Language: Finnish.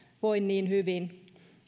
voi niin hyvin